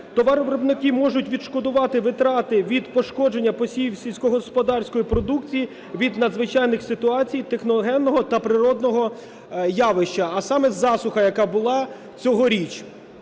товаровиробники можуть відшкодувати витрати від пошкодження посівів сільськогосподарської продукції від надзвичайних ситуацій техногенного та природного явища, а саме засуха, яка була цьогоріч.